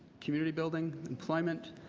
community building, employment,